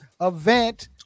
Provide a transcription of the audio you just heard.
event